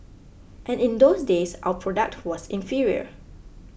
and in those days our product was inferior